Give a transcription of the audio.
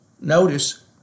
notice